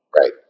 Right